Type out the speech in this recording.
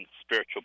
spiritual